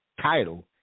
title